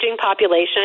population